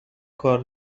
کار